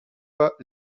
pas